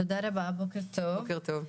תודה, בוקר טוב.